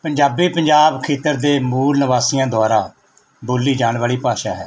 ਪੰਜਾਬੀ ਪੰਜਾਬ ਖੇਤਰ ਦੇ ਮੂਲ ਨਿਵਾਸੀਆਂ ਦੁਆਰਾ ਬੋਲੀ ਜਾਣ ਵਾਲੀ ਭਾਸ਼ਾ ਹੈ